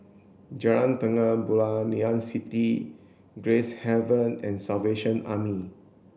Jalan Terang Bulan Ngee Ann City and Gracehaven the Salvation Army